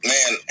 Man